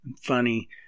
funny